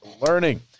learning